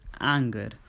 anger